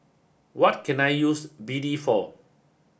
what can I use B D for